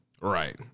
Right